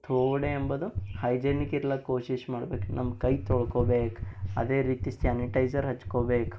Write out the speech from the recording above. ಥೋಡೆ ಎಂಬದು ಹೈಜೆನಿಕ್ ಇರ್ಲಕ್ಕೆ ಕೋಶಿಶ್ ಮಾಡ್ಬೇಕು ನಮ್ಮ ಕೈ ತೊಳ್ಕೊಬೇಕು ಅದೇ ರೀತಿ ಸ್ಯಾನಿಟೈಸರ್ ಹಚ್ಕೊಬೇಕು